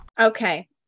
okay